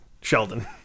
Sheldon